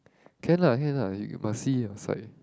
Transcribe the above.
can lah can lah you must see your side